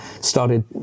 started